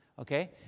okay